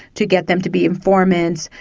to get them to be informants,